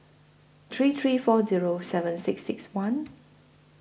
three three four Zero seven six six one